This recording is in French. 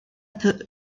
peu